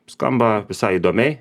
skamba visai įdomiai